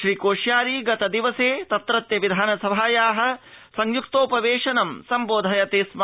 श्रीकोश्यारी गतिदवसे तत्रत्य विधासनसभाया संयक्तोपवेशनं सम्बोधयति स्म